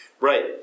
Right